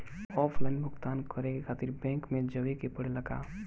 Online भुगतान करे के खातिर बैंक मे जवे के पड़ेला का?